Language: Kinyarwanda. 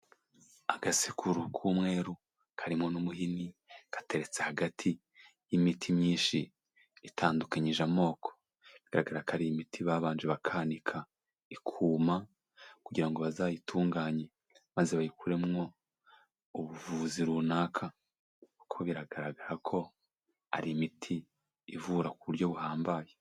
Agasekuru k'umweru, karimo n'umuhini, gateretse hagati y'imiti myinshi itandukanyije amoko, bigaragara ko ari imiti babanje bakanika ikuma, kugira ngo bazayitunganye maze bayikuremo ubuvuzi runaka, kuko biragaragara ko ari imiti ivura ku buryo buhambaye.